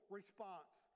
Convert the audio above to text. response